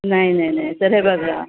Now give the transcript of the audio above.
नाही नाही नाही तर हे बघा